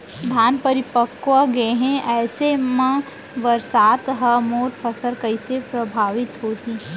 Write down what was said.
धान परिपक्व गेहे ऐसे म बरसात ह मोर फसल कइसे प्रभावित होही?